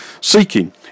seeking